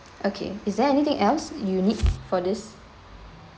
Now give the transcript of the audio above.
okay is there anything else you need for this